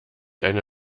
eine